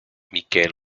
michael